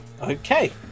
Okay